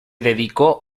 dedicó